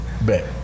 bet